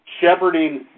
shepherding